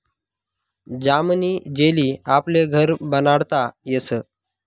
जामनी जेली आपले घर बनाडता यस